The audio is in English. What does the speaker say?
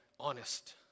honest